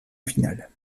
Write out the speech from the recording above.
finale